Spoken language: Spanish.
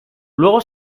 luego